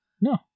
No